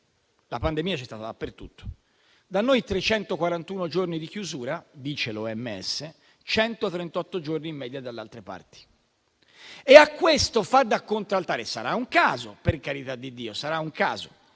La pandemia c'è stata dappertutto: da noi, 341 giorni di chiusura, dice l'OMS; 138 giorni in media dalle altre parti. E a questo fa da contraltare - sarà un caso, per carità di Dio